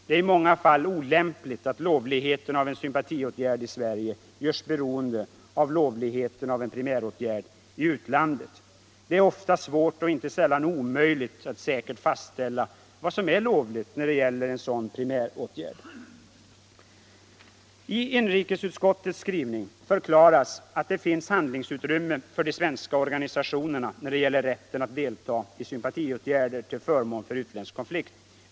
Det är i många fall olämpligt att lovligheten av en sympatiåtgärd i Sverige görs beroende av lovligheten av en primäråtgärd i utlandet. Det är ofta svårt och inte sällan omöjligt att säkert fastställa vad som är lovligt när det gäller en sådan primär åtgärd. Om lagrådets mening fick bli bestämmande skulle svenska fackförbund ofta vara hindrade att vidta sympatiåtgärder till förmån för utländsk part. I inrikesutskottets skrivning förklaras att det finns handlingsutrymme för de svenska organisationerna när det gäller rätten att delta i sympatiåtgärder till förmån för utländsk konflikt.